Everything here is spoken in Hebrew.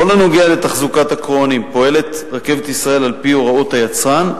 בכל הנוגע לתחזוקת הקרונועים פועלת "רכבת ישראל" על-פי הוראות היצרן,